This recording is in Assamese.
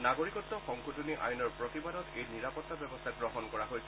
নাগৰিকত্ সংশোধনী আইনৰ প্ৰতিবাদত এই নিৰাপত্তা ব্যৱস্থা গ্ৰহণ কৰা হৈছে